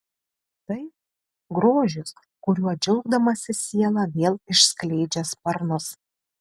tai grožis kuriuo džiaugdamasi siela vėl išskleidžia sparnus